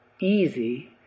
easy